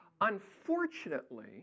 Unfortunately